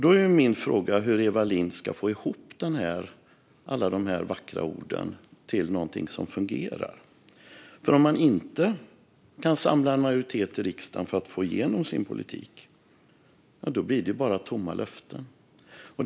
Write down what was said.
Då är min fråga hur Eva Lindh ska få ihop alla de vackra orden till något som fungerar. Om man inte kan samla en majoritet i riksdagen för att få igenom sin politik blir det bara tomma löften.